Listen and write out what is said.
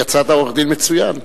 יצאת עורך-דין מצוין.